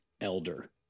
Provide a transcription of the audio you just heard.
elder